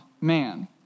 man